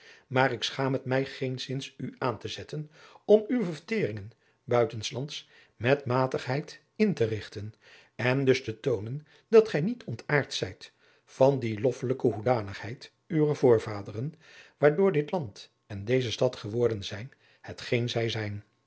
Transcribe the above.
maar ik schaam het mij geenszins u aan te zetten om uwe verteringen buiten s lands met matigheid in te rigten en dus te toonen dat gij niet ontaard zijt van die loffelijke hoedanigheid uwer voorvaderen waardoor dit land en deze stad geworden zijn hetgeen zij zijn